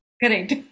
Correct